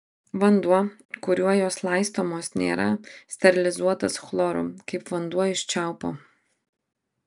vanduo kuriuo jos laistomos nėra sterilizuotas chloru kaip vanduo iš čiaupo